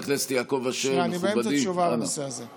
אני באמצע תשובה בנושא הזה.